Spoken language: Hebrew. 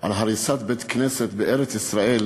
על הריסת בית-כנסת בארץ-ישראל,